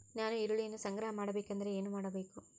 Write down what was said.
ನಾನು ಈರುಳ್ಳಿಯನ್ನು ಸಂಗ್ರಹ ಮಾಡಬೇಕೆಂದರೆ ಏನು ಮಾಡಬೇಕು?